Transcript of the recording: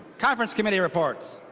conference committee reports.